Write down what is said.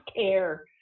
care